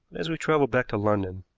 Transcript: as we traveled back to london,